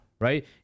right